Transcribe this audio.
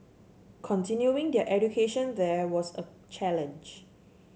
continuing their education there was a challenge